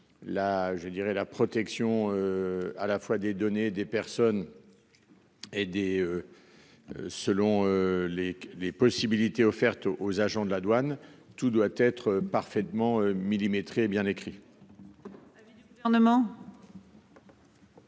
la protection. À la fois des données des personnes. Et des. Selon les les possibilités offertes aux agents de la douane. Tout doit être parfaitement millimétré bien écrit.